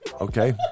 Okay